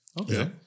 okay